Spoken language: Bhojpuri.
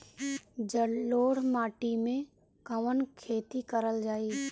जलोढ़ माटी में कवन खेती करल जाई?